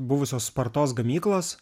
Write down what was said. buvusios spartos gamyklos